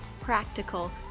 practical